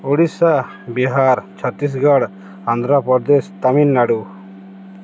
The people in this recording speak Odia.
ଓଡ଼ିଶା ବିହାର ଛତିଶଗଡ଼ ଆନ୍ଧ୍ରପ୍ରଦେଶ ତାମିଲନାଡ଼ୁ